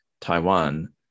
Taiwan